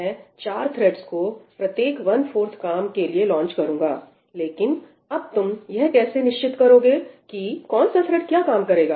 मैं 4 थ्रेड्स को प्रत्येक वन फोर्थ काम के लिए लॉन्च करूंगा लेकिन अब तुम यह कैसे निश्चित करोगे कि कौन सा थ्रेड् क्या काम करेगा